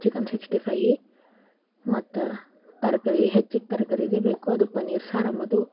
chicken sixty five ಮತ್ತು ತರಕಾರಿ ಹೆಚ್ಚಿಗೆ ತರಕಾರಿದೆ ಬೇಕು ಅದು ಪನೀರು ಸಾರು ಅಂಬದು